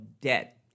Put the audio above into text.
debt